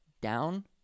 down